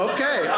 Okay